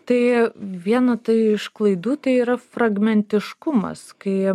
tai viena tai iš klaidų tai yra fragmentiškumas kai